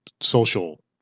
social